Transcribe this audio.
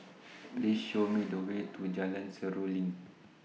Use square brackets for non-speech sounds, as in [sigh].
[noise] Please Show Me The Way to Jalan Seruling